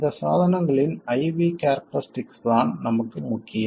இந்த சாதனங்களின் I V கேரக்டரிஸ்டிக்ஸ்தான் நமக்கு முக்கியம்